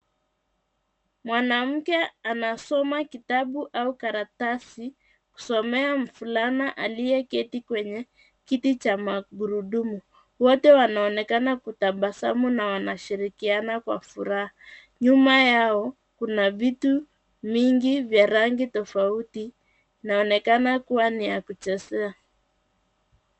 Mwanamke anasoma kitabu au karatasi kusomea mvulana aliyeketi kwenye kiti cha magurudumu wote wanaokana kutabasamu na wanashirikiana kwa furaha. Nyuma yao kuna vitu mingi vya rangi tofauti inaonekana kuwa ni ya kuchezea.